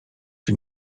czy